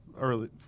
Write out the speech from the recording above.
early